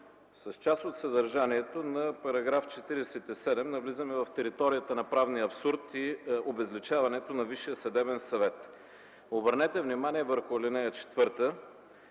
С част от съдържанието на § 47 навлизаме в територията на правния абсурд и обезличаването на Висшия съдебен съвет. Обърнете внимание върху ал. 4,